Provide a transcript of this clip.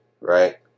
right